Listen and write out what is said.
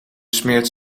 smeert